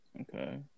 Okay